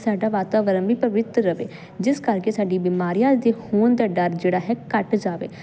ਸਾਡਾ ਵਾਤਾਵਰਨ ਵੀ ਪਵਿੱਤਰ ਰਵੇ ਜਿਸ ਕਰਕੇ ਸਾਡੀ ਬਿਮਾਰੀਆਂ ਦੇ ਹੋਣ ਦਾ ਡਰ ਜਿਹੜਾ ਹੈ ਘੱਟ ਜਾਵੇ